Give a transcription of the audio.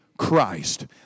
Christ